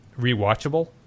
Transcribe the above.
rewatchable